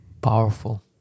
Powerful